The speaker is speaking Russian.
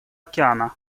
океана